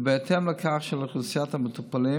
ובהתאם לכך אף של אוכלוסיית המטופלים